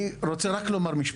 אני רוצה רק לומר משפט.